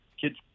kids